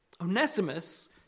Onesimus